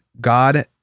God